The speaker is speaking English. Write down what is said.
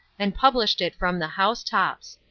and published it from the housetops.